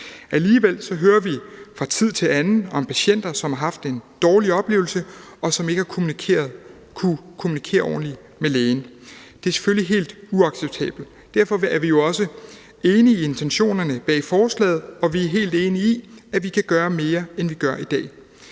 Alligevel hører vi fra tid til anden om patienter, som har haft en dårlig oplevelse, og som ikke har kunnet kommunikere ordentligt med lægen. Det er selvfølgelig helt uacceptabelt. Derfor er vi jo også enige i intentionerne bag forslaget, og vi er helt enige i, at vi kan gøre mere, end vi gør i dag.